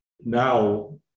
now